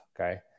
Okay